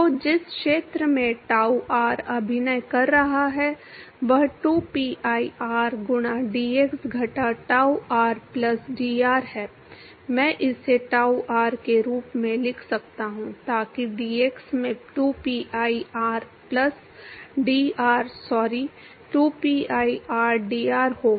तो जिस क्षेत्र में tau r अभिनय कर रहा है वह 2pi r गुणा dx घटा tau r plus dr है मैं इसे tau r के रूप में लिख सकता हूं ताकि dx में 2pi r plus dr sorry 2pi rdr होगा